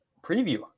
preview